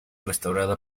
restaurada